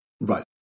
Right